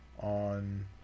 on